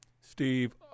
Steve